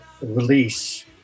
release